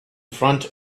front